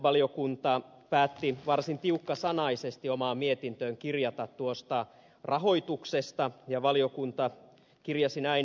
valiokunta päätti varsin tiukkasanaisesti omaan mietintöön kirjata tuosta rahoituksesta ja valiokunta kirjasi näin